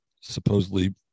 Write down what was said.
supposedly